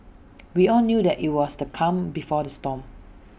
we all knew that IT was the calm before the storm